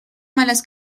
malas